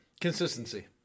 Consistency